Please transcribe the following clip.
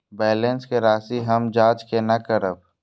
Balance के राशि हम जाँच केना करब?